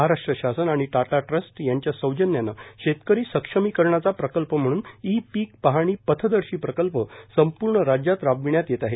महारा ट्र ासन आणि टाटा ट्रस्ट यांच्या सौजन्यानं तकरी सक्षमीकरणचा प्रकल्प म्हणून ई पीक पाहणी पयदर्शी प्रकल्प संपूर्ण राज्यात राबविण्यात येत आहे